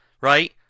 right